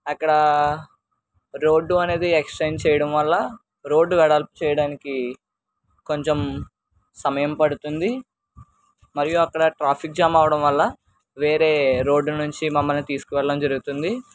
అక్కడ రోడ్డు అనేది ఎక్స్టెండ్ చేయడం వల్ల రోడ్డు వెడల్పు చేయడానికి కొంచెం సమయం పడుతుంది మరియు అక్కడ ట్రాఫిక్ జామ్ అవడం వల్ల వేరే రోడ్దు నుంచి మమ్మల్ని తీసుకుని వెళ్ళడం జరుగుతుంది